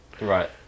Right